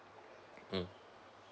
mm